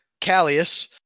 Callius